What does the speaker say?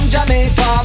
Jamaica